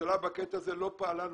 הממשלה בקטע הזה לא פעלה נכון,